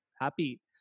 happy